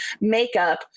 makeup